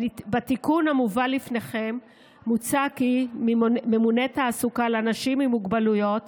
בתיקון המובא לפניכם מוצע כי ממונה תעסוקה לאנשים עם מוגבלויות